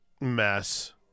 mess